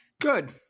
Good